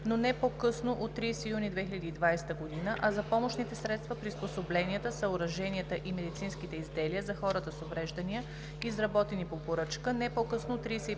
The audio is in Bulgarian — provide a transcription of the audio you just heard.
но не по-късно от 30 юни 2020 г., а за помощните средства, приспособленията, съоръженията и медицинските изделия за хората с увреждания, изработени по поръчка, не по-късно от 31